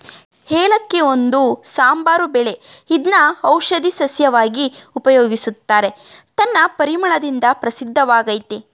ಏಲಕ್ಕಿ ಒಂದು ಸಾಂಬಾರು ಬೆಳೆ ಇದ್ನ ಔಷಧೀ ಸಸ್ಯವಾಗಿ ಉಪಯೋಗಿಸ್ತಾರೆ ತನ್ನ ಪರಿಮಳದಿಂದ ಪ್ರಸಿದ್ಧವಾಗಯ್ತೆ